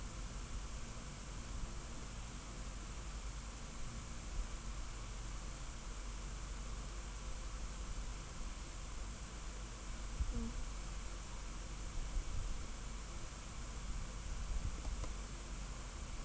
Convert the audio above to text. mm